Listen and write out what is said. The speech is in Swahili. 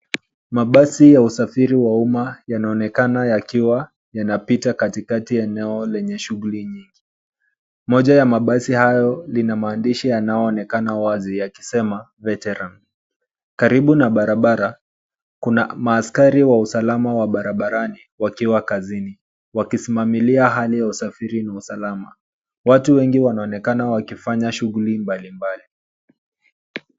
Mabasi ya usafiri wa umma yanaonekana yakiwa yanapita katikati ya eneo lenye shughuli nyingi. Moja ya mabasi hayo lina maandishi yanayoonekana wazi yakisema veteran . Karibu na barabara kuna maaskari wa usalama wa barabarani wakiwa kazini wakisimamia hali ya usafiri na usalama. Watu wengi wanaonekana wakifanya shughuli mbalimbali.